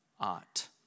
ought